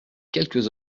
quelques